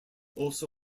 also